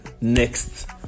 next